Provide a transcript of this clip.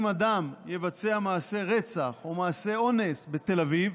אם אדם יבצע מעשה רצח או מעשה אונס בתל אביב